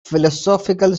philosophical